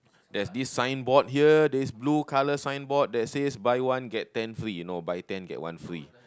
there's this sign board here this blue color sign board that says buy one get ten free no buy ten get one free